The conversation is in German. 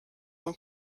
von